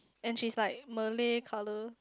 and she's like malay colour